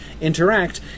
interact